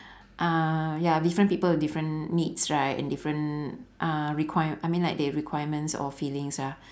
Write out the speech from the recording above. uh ya different people different needs right and different uh require~ I mean like they requirements or feelings ah